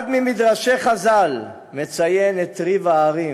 אחד ממדרשי חז"ל מציין את ריב ההרים,